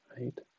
right